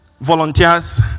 volunteers